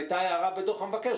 הייתה הערה בדוח המבקר,